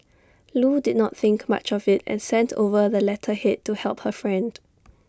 Loo did not think much of IT and sent over the letterhead to help her friend